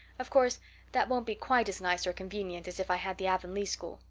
of course that won't be quite as nice or convenient as if i had the avonlea school.